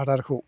आदारखौ